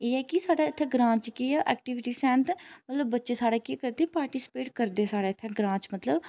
एह् ऐ कि साढ़े इ'त्थें ग्रांऽ च केह् ऐ एक्टिविटीज़ हैन मतलब बच्चे साढ़े केह् करदे पार्टिसिपेट करदे सारे इ'त्थें ग्रांऽ च मतलब